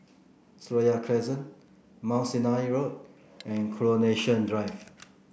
Seraya Crescent Mount Sinai Road and Coronation Drive